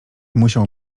musiał